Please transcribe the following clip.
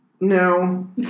No